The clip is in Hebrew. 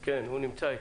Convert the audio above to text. כן, הוא נמצא איתנו.